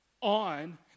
on